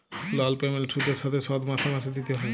লল পেমেল্ট সুদের সাথে শোধ মাসে মাসে দিতে হ্যয়